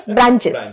Branches